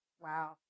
Wow